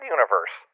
Universe